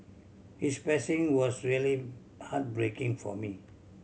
his passing was really heartbreaking for me